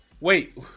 Wait